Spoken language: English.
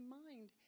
mind